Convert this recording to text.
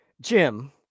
Jim